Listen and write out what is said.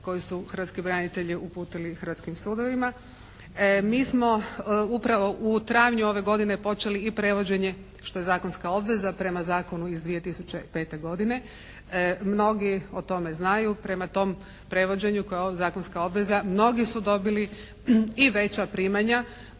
koje su hrvatski branitelji uputili hrvatskim sudovima. Mi smo upravo u travnju ove godine počeli i prevođenje što je zakonska obveza prema zakonu iz 2005. godine, mnogi o tome znaju. Prema tom prevođenju koje je zakonska obveza, mnogi su dobili i veća primanja,